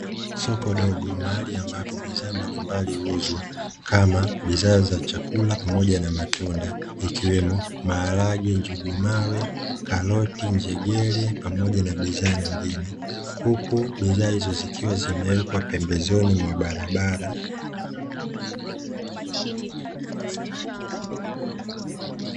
Soko dogo mahali ambapo bidhaa mbalimbali huuzwa kama bidhaa za chakula pamoja na matunda ikiwemo maharage, njugumawe, katoti, njegere pamoja na bidhaa nyingine. Huku bidhaa nyingine zikiwa zimewekwa pembezoni mwa barabara.